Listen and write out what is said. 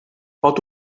pot